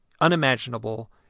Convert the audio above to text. Unimaginable